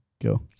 Go